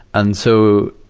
and so,